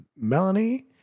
Melanie